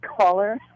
caller